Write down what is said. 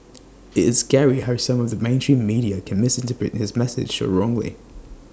it's scary how some of the mainstream media can misinterpret his message so wrongly